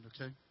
okay